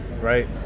right